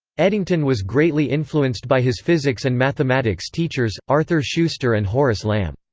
eddington was greatly influenced by his physics and mathematics teachers, arthur schuster and horace lamb.